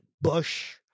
Bush